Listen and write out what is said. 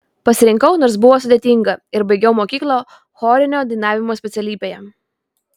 pasirinkau nors buvo sudėtinga ir baigiau mokyklą chorinio dainavimo specialybėje